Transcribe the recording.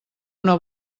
una